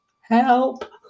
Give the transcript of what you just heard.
Help